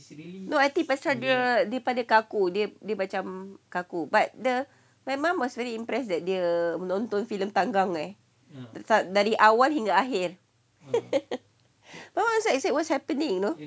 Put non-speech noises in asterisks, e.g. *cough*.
no I think pasal dia dia daripada kaku dia macam kaku but the my mum was very impressed that dia menonton filem tanggang eh dari awal hingga akhir *laughs* so I said what's happening you know